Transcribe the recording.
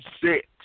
six